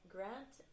Grant